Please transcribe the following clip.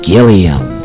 Gilliam